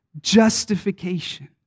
Justification